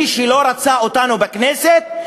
מי שלא רצה אותנו בכנסת,